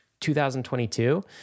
2022